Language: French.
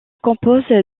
compose